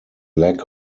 lack